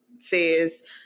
phase